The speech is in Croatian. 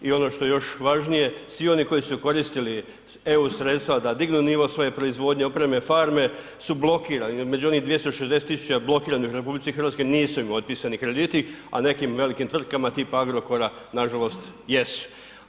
I ono što je još važnije, svi oni koji su koristili eu sredstva da dignu nivo svoj proizvodnje, opreme farme su blokirani i među onih 260 tisuća blokiranih u RH nisu im otpisani krediti, a nekim velikim tvrtkama tipa Agrokora nažalost jesu.